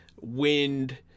wind